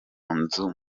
nzu